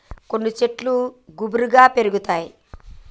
కొన్ని శెట్లు గుబురుగా పెరుగుతాయి